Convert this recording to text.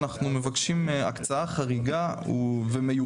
אנחנו מבקשים הקצאה חדשה ומיוחדת.